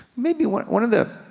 maybe one one of the,